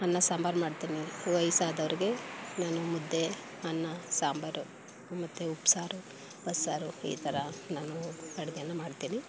ಅನ್ನ ಸಾಂಬಾರು ಮಾಡ್ತೀನಿ ವಯಸ್ಸಾದವ್ರಿಗೆ ನಾನು ಮುದ್ದೆ ಅನ್ನ ಸಾಂಬಾರು ಮತ್ತು ಉಪ್ಸಾರು ಬಸ್ಸಾರು ಈ ಥರ ನಾನು ಅಡುಗೆನ ಮಾಡ್ತೀನಿ